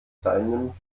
seinem